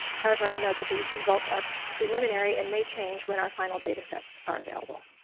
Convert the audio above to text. however, i will note that these results are preliminary and may change when our final datasets are available.